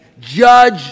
Judge